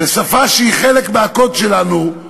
בשפה שהיא חלק מהקוד שלנו,